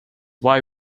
why